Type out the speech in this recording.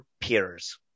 peers